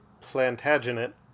Plantagenet